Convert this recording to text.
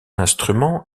instrument